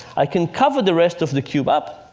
i can cover the rest of the cube up.